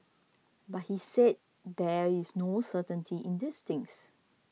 but he said there is no certainty in these things